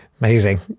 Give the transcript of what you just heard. amazing